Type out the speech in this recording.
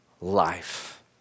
life